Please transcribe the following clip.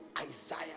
Isaiah